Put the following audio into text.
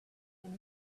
one